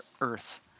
earth